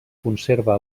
conserva